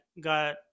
got